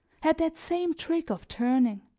had that same trick of turning.